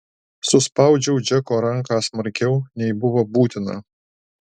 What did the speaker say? suspaudžiau džeko ranką smarkiau nei buvo būtina